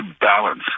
balance